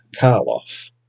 Karloff